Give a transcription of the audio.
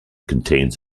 contains